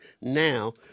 now